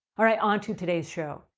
all right, on to today's show.